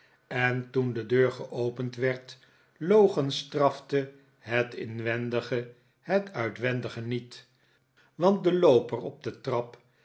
en toen de deur geopend werd logenstrafte het inwendige het uitwendige niet want de looper op de trap